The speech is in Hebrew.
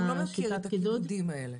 הוא לא מכיר את הקידודים האלה.